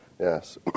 Yes